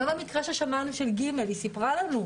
שמענו גם את המקרה של ג', היא סיפרה לנו.